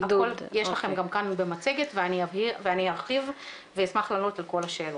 יש לכם גם כאן במצגת ואני ארחיב ואשמח לענות על כל השאלות.